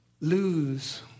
lose